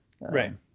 Right